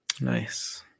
Nice